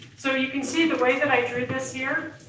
so you can see the way that i drew this here,